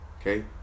Okay